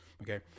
Okay